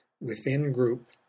within-group